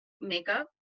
makeup